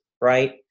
right